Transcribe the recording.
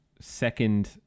second